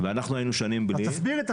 תסביר.